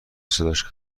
صداش